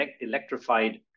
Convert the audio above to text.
electrified